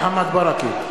בעד מוחמד ברכה,